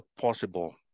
possible